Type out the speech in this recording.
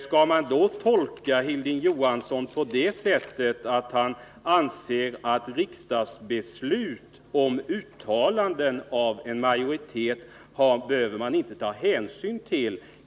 Skall man då tolka Hilding Johansson på det sättet att han anser att man inte behöver ta hänsyn till riksdagens beslut och uttalanden av en majoritet inom denna?